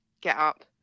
get-up